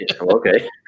Okay